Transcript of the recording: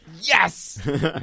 yes